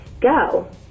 Go